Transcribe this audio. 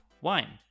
wine